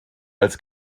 als